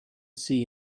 see